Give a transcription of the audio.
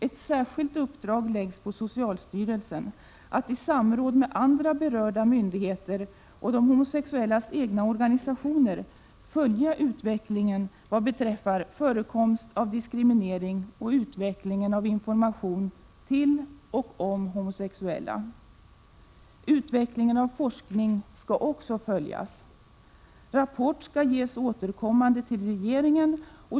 Ett särskilt uppdrag läggs på socialstyrelsen, att i samråd med andra berörda myndigheter och de homosexuellas egna organisationer följa utvecklingen vad beträffar förekomst av diskriminering och utvecklingen av information till och om homosexuella. Utvecklingen av forskning skall också följas. Rapport skall ges återkommande till regeringen.